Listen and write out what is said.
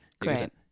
great